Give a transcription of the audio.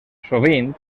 sovint